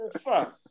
Fuck